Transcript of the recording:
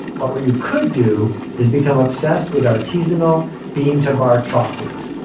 but what you could do is become obsessed with artisanal bean to bar chocolate.